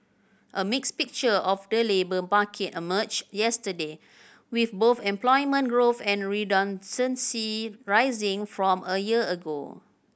a mixed picture of the labour market emerged yesterday with both employment growth and rising from a year ago